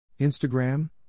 Instagram